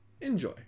Enjoy